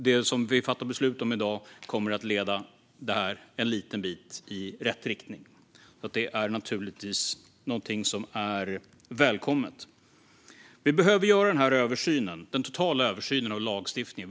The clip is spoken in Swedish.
Det vi i dag fattar beslut om kommer att leda detta en liten bit i rätt riktning, vilket givetvis är välkommet. Vi behöver göra en total översyn av lagstiftningen.